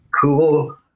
cool